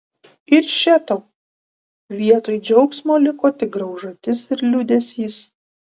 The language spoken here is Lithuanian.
ir še tau vietoj džiaugsmo liko tik graužatis ir liūdesys